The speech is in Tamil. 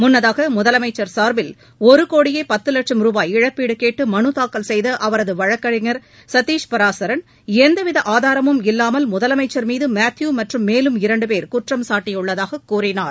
முன்னதாக முதலமைச்சர் சார்பில் ஒரு கோடியே பத்து லட்சம் ரூபாய் இழப்பீடு கேட்டு மனு தாக்கல் செய்த அவரது வழக்கறிஞர் சத்தீஷ் பராசரண் எந்தவித ஆதாரமும் இல்லாமல் முதலமைச்சர் மீது மேத்பூ மற்றும் மேலும் இரண்டு பேர் குற்றம்சாட்டியுள்ளதாக கூறினார்